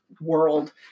world